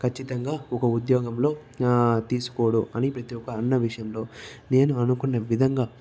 ఖచ్చితంగా ఒక ఉద్యోగంలో తీసుకోడు అని ప్రతి ఒక్క అన్న విషయంలో నేను అనుకున్న విధంగా